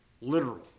literal